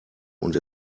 und